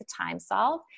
TimeSolve